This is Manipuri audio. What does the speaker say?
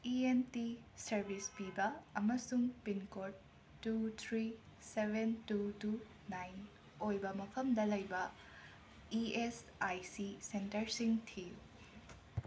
ꯏ ꯑꯦꯟ ꯇꯤ ꯁꯔꯕꯤꯁ ꯄꯤꯕ ꯑꯃꯁꯨꯡ pincode two three seven two two nine ꯑꯣꯏꯕ ꯃꯐꯝꯗ ꯂꯩꯕ ꯏ ꯑꯦꯁ ꯑꯥꯏ ꯁꯤ ꯁꯦꯟꯇꯔꯁꯤꯡ ꯊꯤꯌꯨ